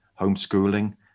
homeschooling